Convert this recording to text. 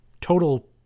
total